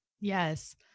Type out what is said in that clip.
Yes